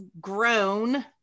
grown